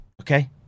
Okay